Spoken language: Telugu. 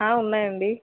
హ ఉన్నాయి అండి